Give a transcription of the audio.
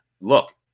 Look